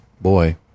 boy